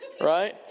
Right